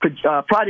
project